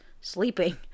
sleeping